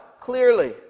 clearly